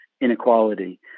inequality